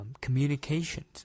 Communications